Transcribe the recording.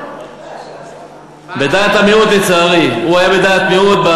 הוא היה בדעת מיעוט,